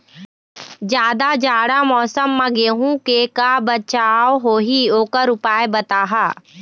जादा जाड़ा मौसम म गेहूं के का बचाव होही ओकर उपाय बताहा?